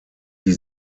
die